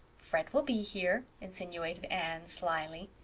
fred will be here, insinuated anne slyly.